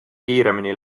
kiiremini